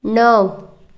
णव